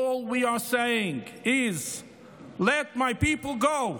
All we are saying is: let my people go.